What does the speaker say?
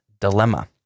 dilemma